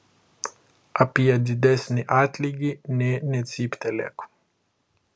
apie didesnį atlygį nė necyptelėk